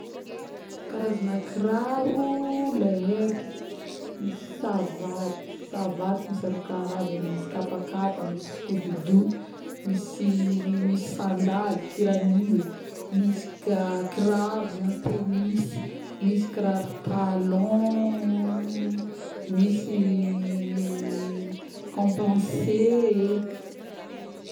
Karazagna kiraro le haiky misy savaty, savaty misy aroa karazagny misy kapakapa misy skobido misyy misy sandaly kiranily mis kaa kiraro na tennisy mis kiraro talooon misyyy componsé ee